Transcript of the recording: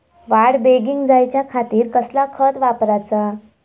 वाढ बेगीन जायच्या खातीर कसला खत वापराचा?